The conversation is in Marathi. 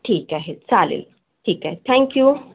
ठीक आहे चालेल ठीक आहे थँक्यू